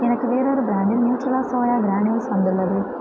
எனக்கு வேறொரு பிராண்டில் நியூட்ரெலா சோயா கிரானியூஸ் வந்துள்ளது